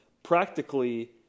Practically